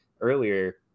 earlier